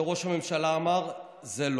שעליהן ראש הממשלה אמר: זה,